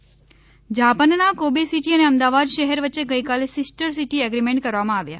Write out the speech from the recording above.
sister city જા ાનના Kobe city અને અમદાવાદ શહેર વચ્ચે ગઇકાલે સિસ્ટરસીટી એગ્રીમેન્ટ કરવામાં આવ્યા